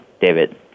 David